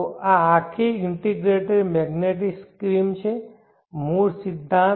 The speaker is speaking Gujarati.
તો આ આખી ઇન્ટિગ્રેટેડ મેગ્નેટિક સ્કીમ છે મૂળ સિદ્ધાંત